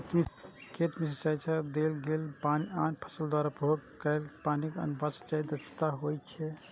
खेत मे सिंचाइ सं देल गेल पानि आ फसल द्वारा उपभोग कैल पानिक अनुपात सिंचाइ दक्षता होइ छै